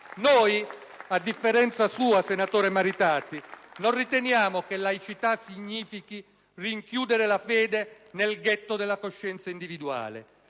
A differenza sua, senatore Maritati, non riteniamo che laicità significhi rinchiudere la fede nel ghetto della coscienza individuale.